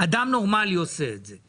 נורמלי עושה את זה.